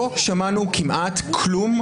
לא שמענו כמעט כלום.